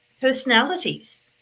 personalities